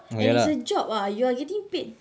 and it's a job ah you are getting paid